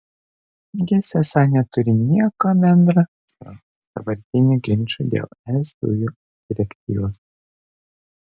jis esą neturi nieko bendra su dabartiniu ginču dėl es dujų direktyvos